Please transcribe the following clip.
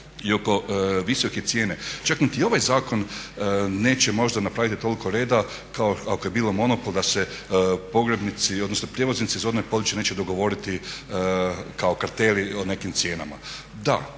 i oko visoke cijene, čak niti ovaj zakon neće možda napraviti toliko reda ako je bio monopol da se prijevoznici … neće dogovoriti kao karteli o nekim cijenama. Da,